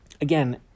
again